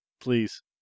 Please